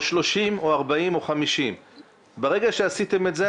או 30 או 40 או 50. ברגע שעשיתם את זה,